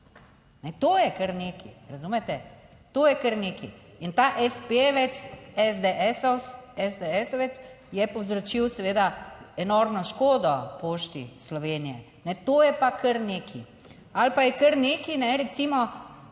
To je kar nekaj. Ali razumete? To je kar nekaj. In ta espejovec, SDS-ovec je povzročil seveda enormno škodo Pošti Slovenije. Ne, to je pa kar nekaj. Ali pa je kar nekaj, recimo,